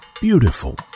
beautiful